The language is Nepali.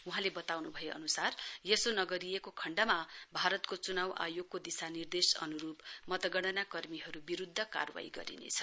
वहाँले बताइनु भए अनुसार यसो नगरिएको खण्डमा भारतको चुनाउ आयोगको दिशानिर्देश अनुरूप मतगनणा कर्मीहरू विरूद्ध कार्वाही गरिनेछ